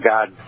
God